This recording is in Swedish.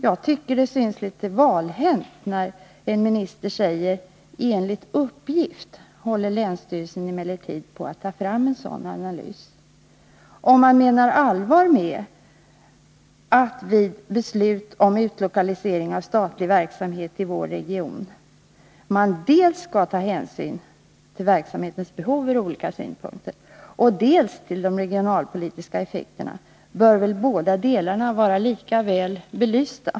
Jag tycker att det verkar litet valhänt när en minister säger: ”Enligt uppgift håller länsstyrelsen emellertid på att ta fram en sådan analys ——--.” Menar man allvar med att det vid ett beslut om utlokalisering av statlig verksamhet i vår region skall tas hänsyn dels till verksamhetens behov från olika synpunkter, dels till de regionalpolitiska effekterna, bör väl båda delarna vara lika väl belysta.